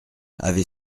avait